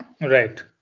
Right